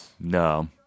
No